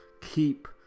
keep